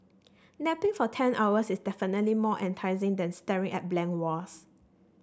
napping for ten hours is definitely more enticing than staring at blank walls